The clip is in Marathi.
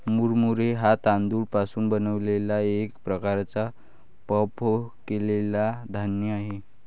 मुरमुरे हा तांदूळ पासून बनलेला एक प्रकारचा पफ केलेला धान्य आहे